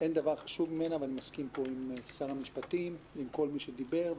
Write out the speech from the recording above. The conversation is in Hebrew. אין דבר חשוב ממנה ואני מסכים פה עם שר המשפטים ועם כל מי שדיבר,